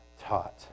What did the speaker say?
taught